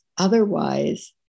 Otherwise